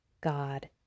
God